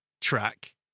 track